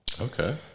Okay